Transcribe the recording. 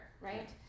right